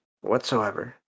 whatsoever